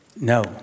No